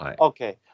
Okay